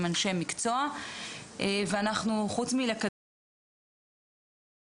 אנשי מקצוע ואנחנו חוץ מלקדם מדיניות,